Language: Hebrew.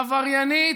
עבריינית,